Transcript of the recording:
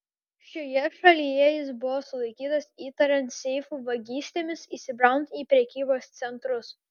šioje šalyje jis buvo sulaikytas įtariant seifų vagystėmis įsibraunant į prekybos centrus